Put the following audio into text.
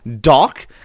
Doc